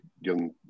young